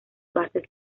bases